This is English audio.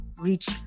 reach